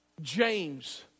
James